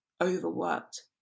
overworked